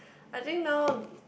I think now